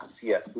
yes